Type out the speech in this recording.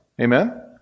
Amen